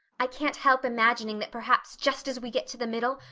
i can't help imagining that perhaps just as we get to the middle,